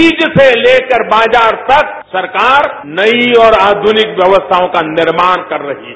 बीज से लेकर बाजार तक सरकार नई और आधुनिक व्यवस्थाओं का निर्माण कर रही है